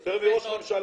יותר מראש הממשלה.